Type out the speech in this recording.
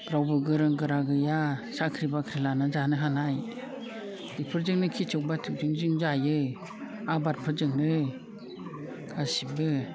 रावबो गोरोंगोरा गैया साख्रि बाख्रि लाना जानो हानाय बेफोरजोंनो खेतिय बाथिजोंनो जों जायो आबादफोरजोंनो गासैबो